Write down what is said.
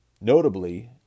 Notably